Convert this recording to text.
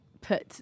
put